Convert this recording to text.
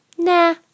Nah